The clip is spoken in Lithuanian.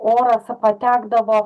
oras patekdavo